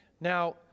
Now